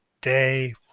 day